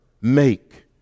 make